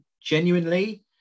genuinely